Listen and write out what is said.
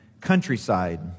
countryside